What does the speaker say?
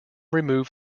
remove